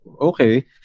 okay